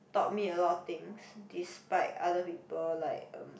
taught me a lot of things despite other people like um